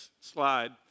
slide